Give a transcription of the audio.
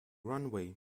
runway